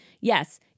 yes